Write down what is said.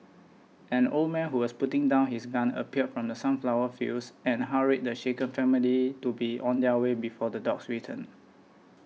an old man who was putting down his gun appeared from the sunflower fields and hurried the shaken family to be on their way before the dogs return